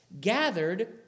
gathered